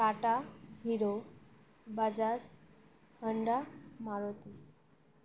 Tata hero Bajaj Honda Maruti